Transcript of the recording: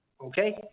Okay